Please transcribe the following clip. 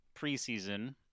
preseason